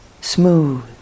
smooth